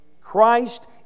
Christ